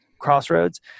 crossroads